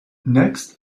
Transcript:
next